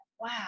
wow